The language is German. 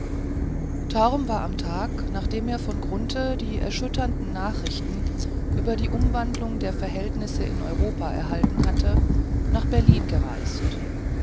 war am tag nachdem er von grunthe die erschütternden nachrichten über die umwandlung der verhältnisse in europa erhalten hatte nach berlin gereist